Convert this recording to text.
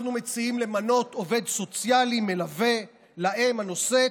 אנחנו מציעים למנות עובד סוציאלי מלווה לאם הנושאת,